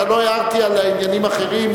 לא הערתי על עניינים אחרים,